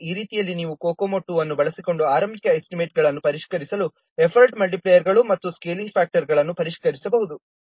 ಆದ್ದರಿಂದ ಈ ರೀತಿಯಲ್ಲಿ ನೀವು COCOMO II ಅನ್ನು ಬಳಸಿಕೊಂಡು ಆರಂಭಿಕ ಎಸ್ಟಿಮೇಟ್ಗಳನ್ನು ಪರಿಷ್ಕರಿಸಲು ಎಫರ್ಟ್ ಮಲ್ಟಿಪ್ಲೈಯರ್ಗಳು ಮತ್ತು ಸ್ಕೇಲಿಂಗ್ ಫ್ಯಾಕ್ಟರ್ಗಳನ್ನು ಪರಿಷ್ಕರಿಸಬಹುದು